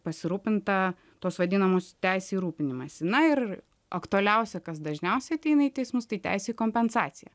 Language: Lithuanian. pasirūpinta tos vadinamus teisė į rūpinimąsi na ir aktualiausia kas dažniausiai ateina į teismus tai teisė kompensaciją